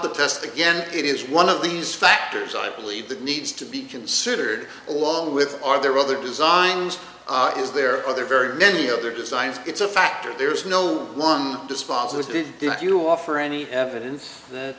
the test again it is one of these factors i believe that needs to be considered along with are there other designs is there are there very many other designs it's a factor there is no one dispositive if you offer any evidence th